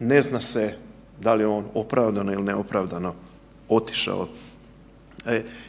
ne zna se da li je on opravdano ili neopravdano otišao.